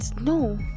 no